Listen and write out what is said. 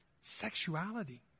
sexuality